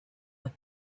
but